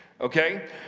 okay